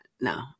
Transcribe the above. No